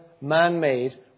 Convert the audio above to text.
man-made